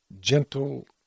gentle